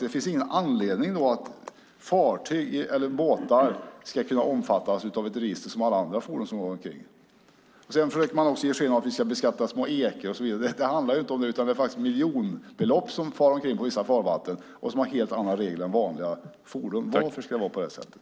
Det finns ingen anledning att inte fartyg, eller båtar, ska kunna omfattas av ett register på samma sätt som alla andra fordon som åker omkring. Man försöker också ge sken av att vi ska beskatta små ekor och liknande. Det handlar inte om det. Det finns faktiskt båtar för miljonbelopp som far omkring i vissa farvatten men har helt andra regler än övriga fordon. Varför ska det vara på det sättet?